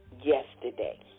yesterday